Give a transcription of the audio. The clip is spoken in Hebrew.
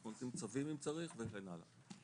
מוציאים צווים אם צריך וכן הלאה.